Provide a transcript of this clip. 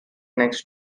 next